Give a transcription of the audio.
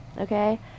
Okay